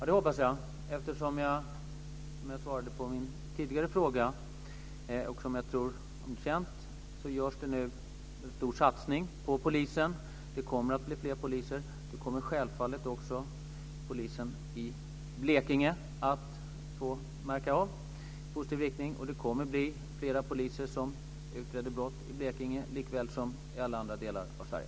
Fru talman! Ja, det hoppas jag. Som jag svarade på en tidigare fråga - och jag tror att det är väl känt - görs det nu en stor satsning på polisen. Det kommer att bli fler poliser. Det kommer självfallet också polisen i Blekinge att märka av i positiv riktning. Det kommer att bli fler poliser som utreder brott i Blekinge, likväl som i alla andra delar av Sverige.